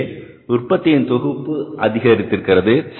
எனவே உற்பத்தியின் தொகுப்பு அதிகரித்திருக்கிறது